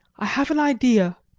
i have an idea.